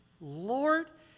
Lord